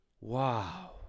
Wow